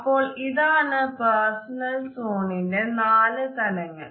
അപ്പോൾ ഇതാണ് പേർസണൽ സോണിന്റെ നാല് തലങ്ങൾ